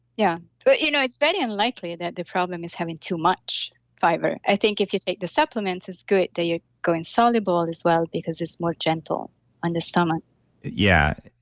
yeah. but you know, it's very unlikely that the problem is having too much fiber. i think if you take the supplements, it's good that you go insoluble as well because it's more gentle on the stomach yeah.